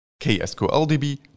KsqlDB